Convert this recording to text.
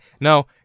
no